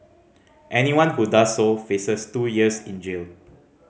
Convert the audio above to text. anyone who does so faces two years in jail